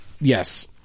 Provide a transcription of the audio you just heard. Yes